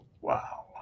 wow